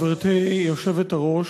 גברתי היושבת-ראש.